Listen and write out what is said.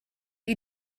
you